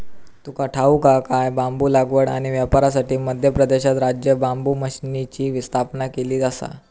तुका ठाऊक हा काय?, बांबू लागवड आणि व्यापारासाठी मध्य प्रदेशात राज्य बांबू मिशनची स्थापना केलेली आसा